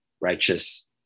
righteous